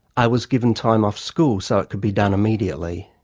i was given time off school so it could be done immediately.